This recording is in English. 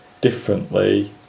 differently